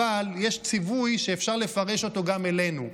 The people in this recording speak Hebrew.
אבל יש ציווי שאפשר לפרש אותו גם אלינו: